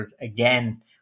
again